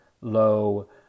low